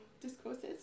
discourses